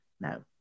No